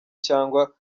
cyangwa